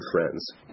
friends